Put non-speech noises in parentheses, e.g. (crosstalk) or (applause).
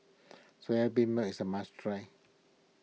Soya (unintelligible) is a must try